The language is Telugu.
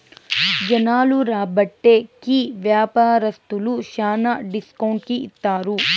జనాలు రాబట్టే కి వ్యాపారస్తులు శ్యానా డిస్కౌంట్ కి ఇత్తారు